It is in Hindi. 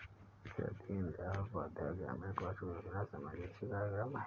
क्या दीनदयाल उपाध्याय ग्रामीण कौशल योजना समावेशी कार्यक्रम है?